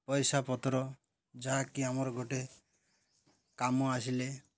ପଇସା ପତ୍ର ଯାହାକି ଆମର ଗୋଟେ କାମ ଆସିଲେ